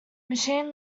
machine